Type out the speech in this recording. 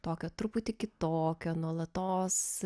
tokią truputį kitokią nuolatos